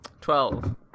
Twelve